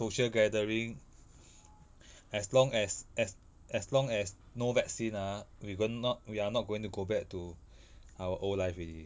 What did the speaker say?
social gathering as long as as as long as no vaccine ah we will not we are not going to go back to our old life already